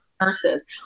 Nurses